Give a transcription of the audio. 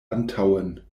antaŭen